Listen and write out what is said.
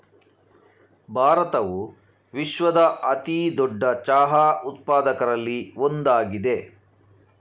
ಭಾರತವು ವಿಶ್ವದ ಅತಿ ದೊಡ್ಡ ಚಹಾ ಉತ್ಪಾದಕರಲ್ಲಿ ಒಂದಾಗಿದೆ